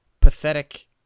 pathetic